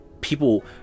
people